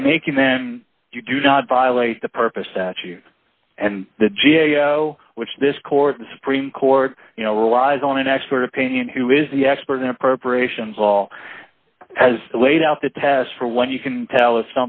by making them you do not violate the purpose that you and the g a o which this court the supreme court you know relies on an expert opinion who is the expert in appropriations all has to wait out the test for when you can tell us